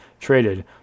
traded